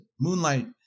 Moonlight